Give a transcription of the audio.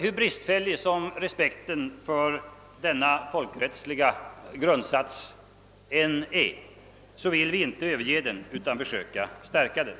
Hur bristfällig respekten för denna folkrättsliga grundsats än är "vill vi inte överge den utan försöka stärka den.